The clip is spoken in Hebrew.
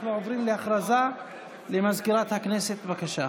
אנחנו עוברים להודעה של סגנית מזכיר הכנסת, בבקשה.